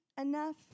enough